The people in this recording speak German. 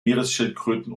meeresschildkröten